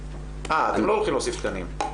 הא, אתם לא הולכים להוסיף תקנים?